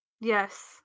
Yes